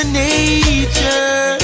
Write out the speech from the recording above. nature